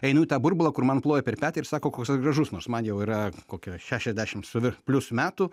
einu į tą burbulą kur man ploja per petį ir sako koks aš gražus nors man jau yra kokia šešiasdešim su plius metų